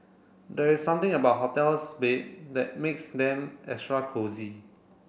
there's something about hotel's bed that makes them extra cosy